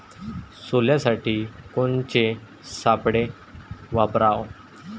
सोल्यासाठी कोनचे सापळे वापराव?